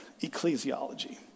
ecclesiology